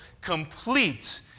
complete